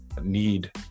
need